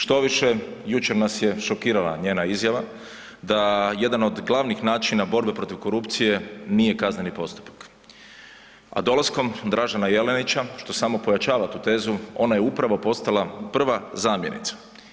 Štoviše jučer nas je šokirala njena izjava da jedan od glavnih načina borbe protiv korupcije nije kazneni postupak, a dolaskom Dražena Jelenića što samo pojačava tu tezu ona je upravo postala prva zamjenica.